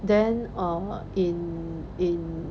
then err in in